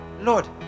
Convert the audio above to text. lord